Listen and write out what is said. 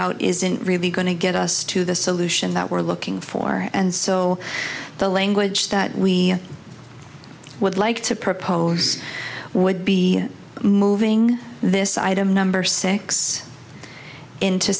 out isn't really going to get us to the solution that we're looking for and so the language that we would like to propose would be moving this item number six into